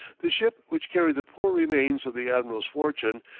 the ship which carried the poor remains of the admiral's fortune,